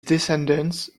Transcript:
descendants